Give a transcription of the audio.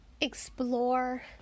explore